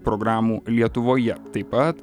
programų lietuvoje taip pat